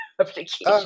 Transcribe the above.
application